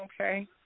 okay